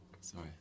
Sorry